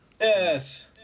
Yes